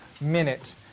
minute